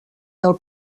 del